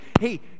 hey